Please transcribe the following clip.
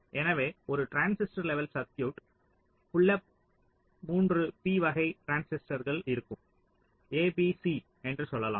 எனவே ஒரு transistor level சர்க்யூட்டில் புல்அப் 3 p வகை டிரான்சிஸ்டர்கள் இருக்கும் A B C என்று சொல்லலாம்